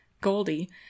Goldie